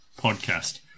Podcast